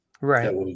Right